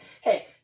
hey